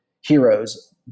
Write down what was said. heroes